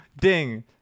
Ding